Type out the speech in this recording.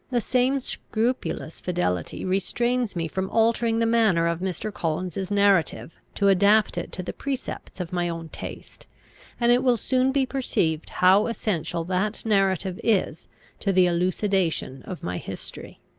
the same scrupulous fidelity restrains me from altering the manner of mr. collins's narrative to adapt it to the precepts of my own taste and it will soon be perceived how essential that narrative is to the elucidation of my history.